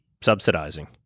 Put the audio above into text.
subsidizing